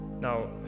Now